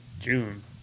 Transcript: June